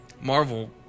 Marvel